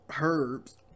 herbs